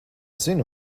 zinu